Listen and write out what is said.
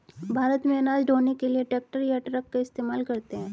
भारत में अनाज ढ़ोने के लिए ट्रैक्टर या ट्रक का इस्तेमाल करते हैं